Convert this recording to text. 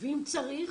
ואם צריך,